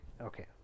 okay